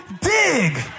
dig